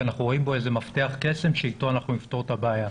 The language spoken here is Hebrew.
שאנחנו רואים בו איזה מפתח קסם אתו אנחנו נפתור את הבעיה.